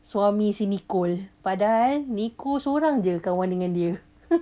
suami si nicole padahal nicole seorang jer kawan dengan dia